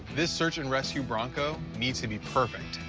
this search and rescue bronco needs to be perfect.